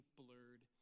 blurred